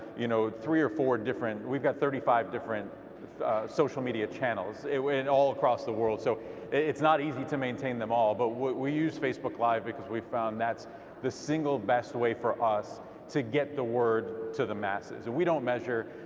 you know, three or four different, we've got thirty five different social media channels and all across the world, so it's not easy to maintain them all, but we use facebook live because we found that's the single-best way for us to get the word to the masses. we don't measure,